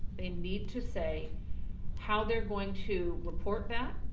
they need to say how they're going to report that.